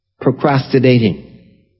procrastinating